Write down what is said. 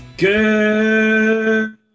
Good